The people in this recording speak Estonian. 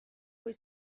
kui